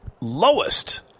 lowest